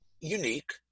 unique